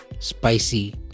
Spicy